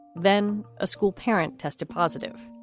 then a school parent tested positive,